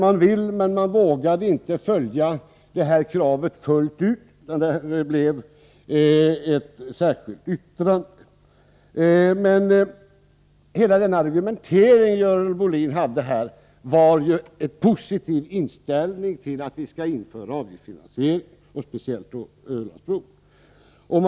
Man vill men vågar inte följa upp kravet fullt ut. Det blev i stället ett särskilt yttrande. Hela den argumentering som Görel Bohlin förde fram visade emellertid en positiv inställning till att vi skall införa avgiftsfinansiering — speciellt när det gäller Ölandsbron.